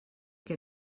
que